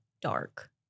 dark